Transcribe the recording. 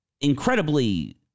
Incredibly